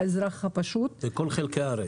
לאזרח הפשוט -- לכל חלקי הארץ.